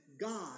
God